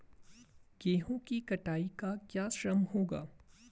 गेहूँ की कटाई का क्या श्रम होगा?